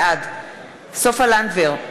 בעד סופה לנדבר,